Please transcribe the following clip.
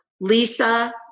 Lisa